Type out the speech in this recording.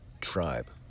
tribe